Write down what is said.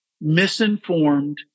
misinformed